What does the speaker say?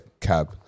Cab